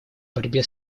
борьбе